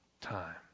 time